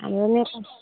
हाम्रो नेपाली